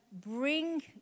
bring